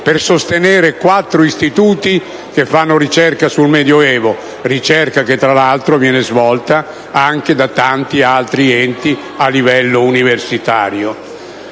per sostenere quattro istituti che fanno ricerca su tale periodo, ricerca che, tra l'altro, viene svolta anche da tanti altri enti a livello universitario.